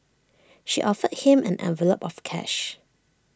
she offered him an envelope of cash